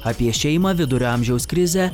apie šeimą vidurio amžiaus krizę